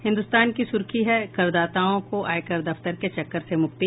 हिन्दुस्तान की सुर्खी है करदाताओं को आयकर दफ्तर के चक्कर से मुक्ति